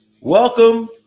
Welcome